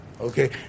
Okay